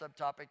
subtopic